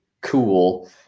cool